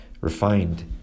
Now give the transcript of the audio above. refined